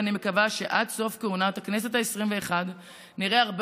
ואני מקווה שעד סוף כהונת הכנסת העשרים-ואחת נראה הרבה